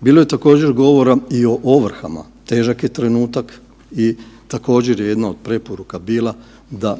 Bilo je također, govora i o ovrhama. Težak je trenutak i također je jedna od preporuka bila da